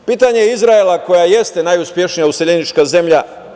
Pitanje Izraela koja jeste najuspešnija useljenička zemlja.